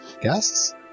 Guests